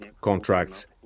contracts